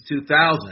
2000